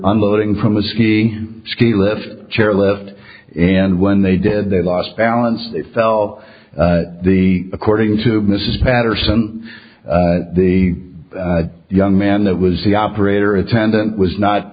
unloading from a ski ski lift chair lift and when they did they lost balance they fell the according to mrs patterson the young man that was the operator attendant was not